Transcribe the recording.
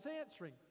answering